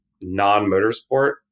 non-motorsport